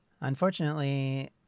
Unfortunately